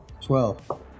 Twelve